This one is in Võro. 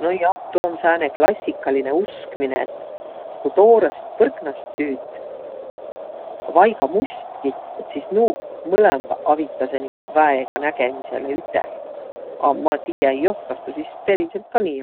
Nojah, tuu om sääne klassikalinõ uskminõ, et ku toorõst põrknast süüt vai ka must'kit, et sis nuuq mõlõmbaq avitasõq niguq väega nägemisele üteh. A ma tiiä-i joht, kas tuu sis periselt ka nii om.